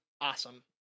awesome